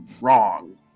wrong